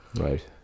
Right